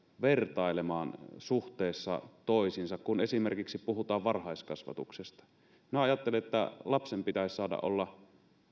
vertailemaan suhteessa toisiinsa kun esimerkiksi puhutaan varhaiskasvatuksesta minä ajattelen että lapsen pitäisi saada olla